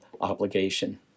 obligation